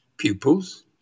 Pupils